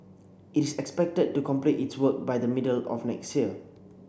it is expected to complete its work by the middle of next year